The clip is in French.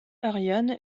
ariane